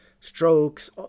strokes